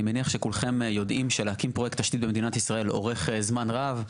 אני מניח שכולכם יודעים שלהקים פרויקט תשתית במדינת ישראל אורך זמן רב,